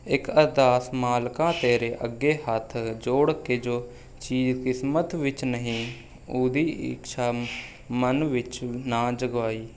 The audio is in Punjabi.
ਇੱਕ ਅਰਦਾਸ ਮਾਲਕਾ ਤੇਰੇ ਅੱਗੇ ਹੱਥ ਜੋੜ ਕੇ ਜੋ ਚੀਜ਼ ਕਿਸਮਤ ਵਿੱਚ ਨਹੀਂ ਉਹਦੀ ਇੱਛਾ ਮਨ ਵਿੱਚ ਨਾ ਜਗਾਈਂ